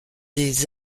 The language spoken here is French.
des